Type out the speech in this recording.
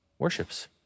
Worships